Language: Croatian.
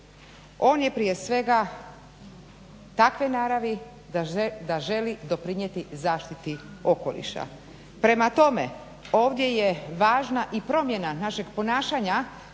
On je prije svega takve naravi da želi doprinijeti zaštiti okoliša. Prema tome, ovdje je važna i promjena našeg ponašanja